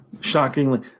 Shockingly